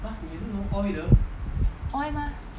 oil mah